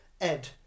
Ed